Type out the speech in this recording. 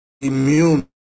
immune